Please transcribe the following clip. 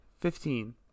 Fifteen